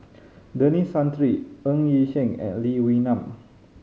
Denis Santry Ng Yi Sheng and Lee Wee Nam